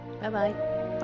Bye-bye